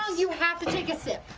you have to take a sip.